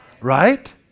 right